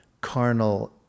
carnal